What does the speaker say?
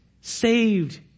saved